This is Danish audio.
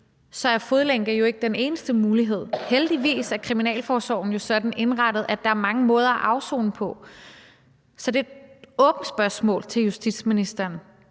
er fodlænke jo ikke den eneste mulighed. Heldigvis er kriminalforsorgen jo sådan indrettet, at der er mange måder at afsone på. Så det er et åbent spørgsmål til justitsministeren: